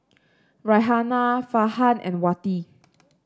Raihana Farhan and Wati